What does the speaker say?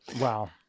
wow